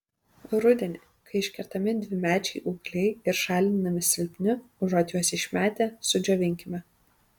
rudenį kai iškertami dvimečiai ūgliai ir šalinami silpni užuot juos išmetę sudžiovinkime